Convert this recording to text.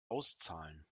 auszahlen